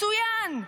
מצוין.